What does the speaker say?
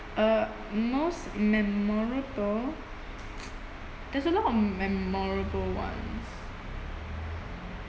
uh most memorable there's a lot of memorable ones